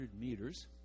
meters